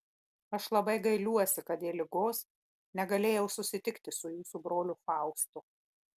aš labai gailiuosi kad dėl ligos negalėjau susitikti su jūsų broliu faustu